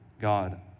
God